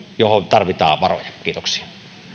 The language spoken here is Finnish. johon tarvitaan varoja kiitoksia